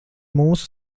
mūsu